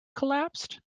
collapsed